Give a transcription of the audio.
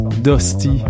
dusty